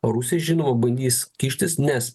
rusai žinoma bandys kištis nes